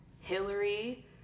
Hillary